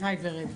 היי, ורד.